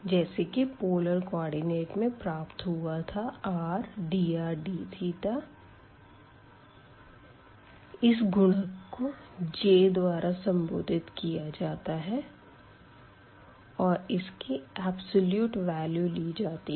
जैसे कि polar coordinate में प्राप्त हुआ था r dr dθ इस गुणक को J द्वारा संबोधित किया जाता है और इसकी एब्सलूट वैल्यू ली जाती है